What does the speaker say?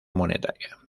monetaria